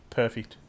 perfect